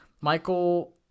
Michael –